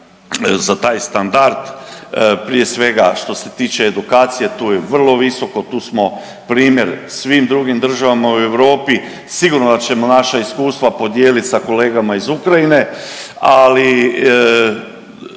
za taj standard. Prije svega što se tiče edukacije tu je vrlo visoko, tu smo primjer svim drugim državama u Europi. Sigurno da ćemo naša iskustva podijeliti sa kolegama iz Ukrajine, ali